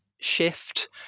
shift